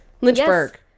Lynchburg